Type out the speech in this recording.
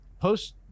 post